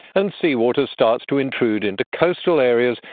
and seawater starts to intrude into coastal areas,